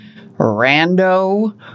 rando